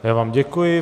Já vám děkuji.